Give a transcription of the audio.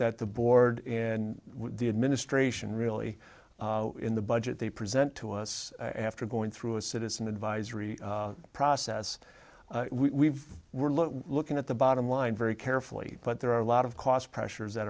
that the board in the administration really in the budget they present to us after going through a citizen advisory process we were looking looking at the bottom line very carefully but there are a lot of cost pressures that